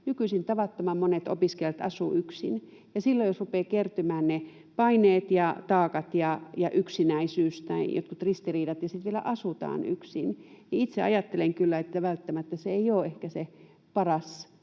Nykyisin tavattoman monet opiskelijat asuvat yksin, ja silloin jos rupeavat kertymään ne paineet ja taakat ja yksinäisyys tai jotkut ristiriidat ja sitten vielä asutaan yksin, niin itse kyllä ajattelen, että välttämättä se ei ole ehkä se paras